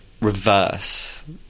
Reverse